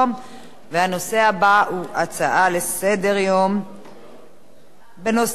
והנושא הבא הוא הצעה לסדר-יום בנושא של,